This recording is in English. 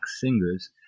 singers